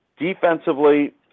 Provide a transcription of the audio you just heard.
Defensively